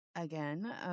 again